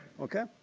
okay?